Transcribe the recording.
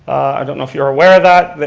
i don't know if you are aware of that,